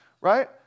right